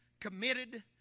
committed